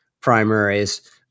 primaries